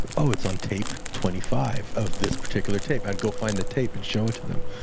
oh, it's on tape twenty five of this particular tape. i go find the tape and show it to them.